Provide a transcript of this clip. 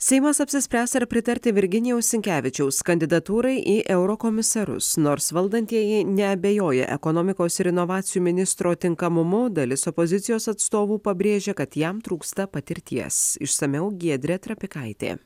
seimas apsispręs ar pritarti virginijaus sinkevičiaus kandidatūrai į eurokomisarus nors valdantieji neabejoja ekonomikos ir inovacijų ministro tinkamumu dalis opozicijos atstovų pabrėžia kad jam trūksta patirties išsamiau giedrė trapikaitė